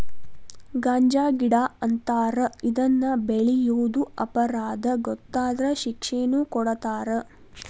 ಗಾಂಜಾಗಿಡಾ ಅಂತಾರ ಇದನ್ನ ಬೆಳಿಯುದು ಅಪರಾಧಾ ಗೊತ್ತಾದ್ರ ಶಿಕ್ಷೆನು ಕೊಡತಾರ